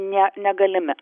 ne negalimi